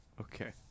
okay